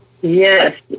Yes